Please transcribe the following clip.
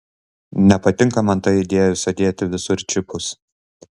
nepatinka man ta idėja sudėti visur čipus